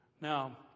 Now